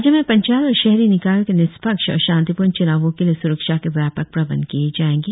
राज्य में पंचायत और शहरी निकायों के निष्पक्ष और शांतिपूर्ण च्नावों के लिए स्रक्षा के व्यापक प्रबंध किए जाएंगे